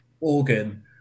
organ